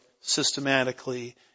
systematically